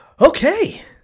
Okay